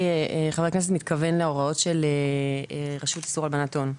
חבר הכנסת מתכוון להוראות של הרשות לאיסור הלבנת הון.